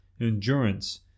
endurance